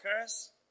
curse